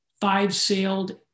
five-sailed